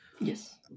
yes